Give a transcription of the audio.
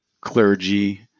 clergy